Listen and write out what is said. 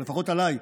או לפחות עליי,